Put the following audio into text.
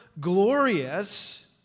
glorious